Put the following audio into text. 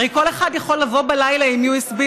הרי כל אחד יכול לבוא בלילה עם USB,